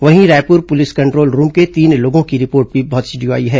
वहीं Raipur police control room के तीन लोगों की रिपोर्ट भी पॉजीटिव आई है